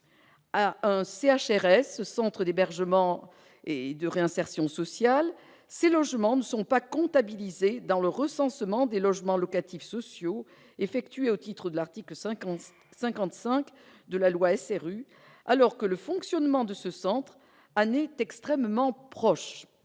à un centre d'hébergement et de réinsertion sociale, ou CHRS, ces logements ne sont pas comptabilisés dans le recensement des logements locatifs sociaux, effectué au titre de l'article 55 de la loi SRU, alors que les conditions de fonctionnement de ce centre sont extrêmement proches